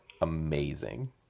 amazing